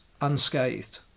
unscathed